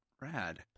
Rad